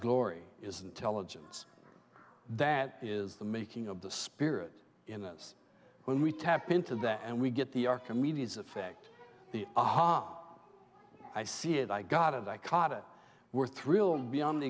glory is intelligence that is the making of the spirit in us when we tap into that and we get the archimedes effect the aha i see it i got it i caught it we're thrilled beyond